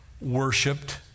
worshipped